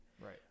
Right